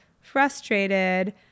frustrated